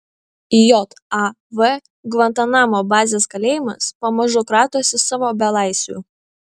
jav gvantanamo bazės kalėjimas pamažu kratosi savo belaisvių